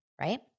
right